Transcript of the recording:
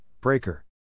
Breaker